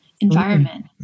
environment